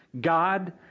God